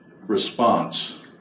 response